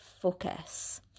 focus